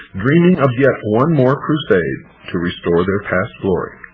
dreaming of yet one more crusade to restore their past glory.